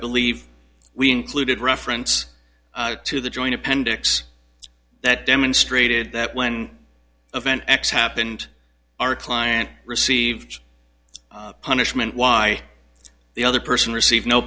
believe we included reference to the joint appendix that demonstrated that when event x happened our client received a punishment why the other person received no